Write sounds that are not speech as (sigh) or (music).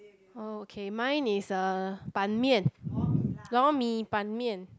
oh okay mine is uh Ban-mian (breath) lor-mee Ban-mian